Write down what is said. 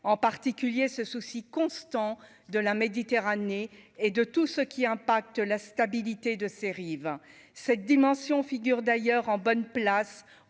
en particulier ce souci constant de la Méditerranée et de tout ce qui impacte la stabilité de ses rives cette dimension figure d'ailleurs en bonne place